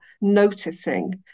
noticing